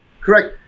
Correct